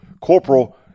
corporal